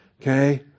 Okay